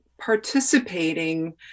participating